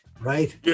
Right